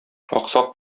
аксак